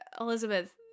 Elizabeth